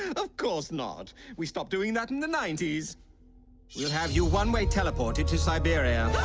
of course not we stopped doing that in the ninety s you have you one way teleported to siberia?